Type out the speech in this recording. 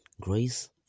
Grace